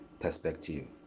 perspective